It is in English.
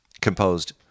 composed